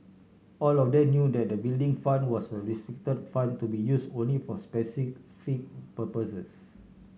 all of them knew that the Building Fund was a restricted fund to be use only for specific purposes